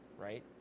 right